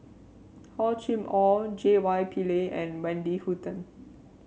Hor Chim Or J Y Pillay and Wendy Hutton